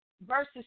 verses